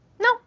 No